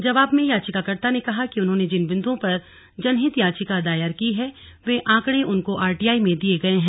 जवाब में याचिकर्ता ने कहा कि उन्होंने जिन बिन्दुओं पर जनहित याचिका दायर की है वे आंकड़े उनको आरटीआई में दिए गए हैं